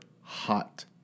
hot